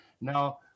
Now